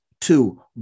two